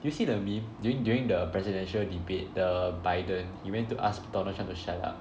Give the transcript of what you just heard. did you see the meme during during the presidential debate the Biden he went to ask Donald Trump to shut up